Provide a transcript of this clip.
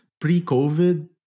Pre-COVID